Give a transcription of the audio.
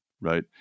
right